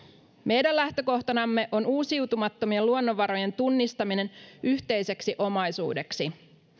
meidän lähtökohtanamme on uusiutumattomien luonnonvarojen tunnistaminen yhteiseksi omaisuudeksi